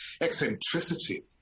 eccentricity